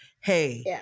hey